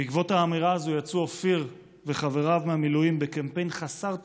בעקבות האמירה הזאת יצאו אופיר וחבריו מהמילואים בקמפיין חסר תקדים,